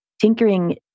tinkering